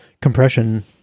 compression